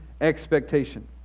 expectation